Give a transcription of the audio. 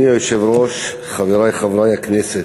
אדוני היושב-ראש, חברי חברי הכנסת,